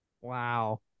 wow